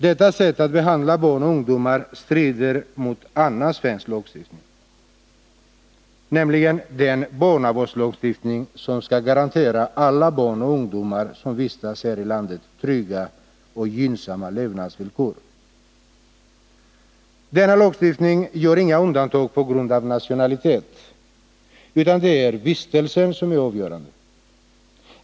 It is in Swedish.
Detta sätt att behandla barn och ungdomar strider mot annan svensk lagstiftning, nämligen den barnavårdslagstiftning som skall garantera alla barn och ungdomar som vistas här i landet trygga och gynnsamma levnadsvillkor. Denna lagstiftning gör inga undantag på grund av nationalitet, utan det är vistelsen som är avgörande.